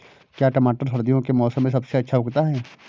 क्या टमाटर सर्दियों के मौसम में सबसे अच्छा उगता है?